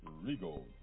Regal